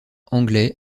anglais